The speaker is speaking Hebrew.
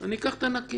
אני אקח את הנקי.